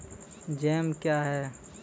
Jam क्या हैं?